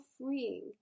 freeing